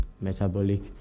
metabolic